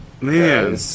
Man